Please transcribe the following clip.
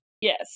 Yes